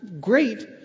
great